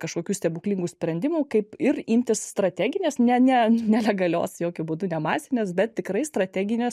kažkokių stebuklingų sprendimų kaip ir imtis strateginės ne ne nelegalios jokiu būdu ne masinės bet tikrai strateginės